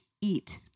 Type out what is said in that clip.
eat